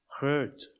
hurt